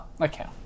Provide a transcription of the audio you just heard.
Okay